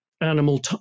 animal